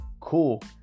cool